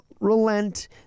relent